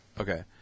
Okay